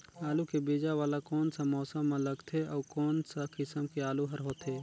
आलू के बीजा वाला कोन सा मौसम म लगथे अउ कोन सा किसम के आलू हर होथे?